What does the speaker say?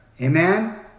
Amen